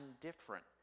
different